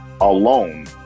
alone